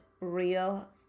real